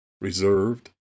reserved